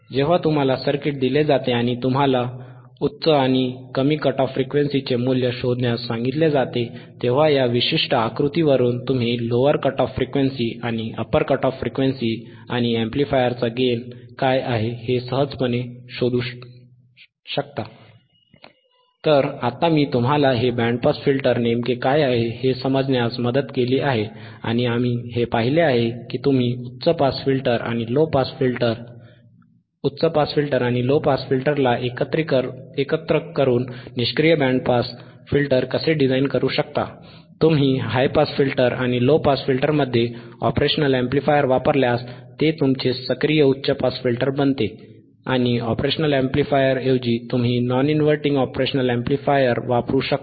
जेव्हा तुम्हाला सर्किट दिले जाते आणि तुम्हाला अप्परउच्च आणि लोअरकमी कट ऑफ फ्रिक्वेंसीचे मूल्य शोधण्यास सांगितले जाते तेव्हा या विशिष्ट आकृतीवरून तुम्ही लोअर कट ऑफ फ्रिक्वेन्सी आणि अप्पर कट ऑफ फ्रिक्वेन्सी आणि अॅम्प्लिफायरचा गेन काय आहे हे सहजपणे शोधू शकता